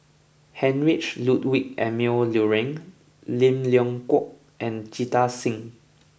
Heinrich Ludwig Emil Luering Lim Leong Geok and Jita Singh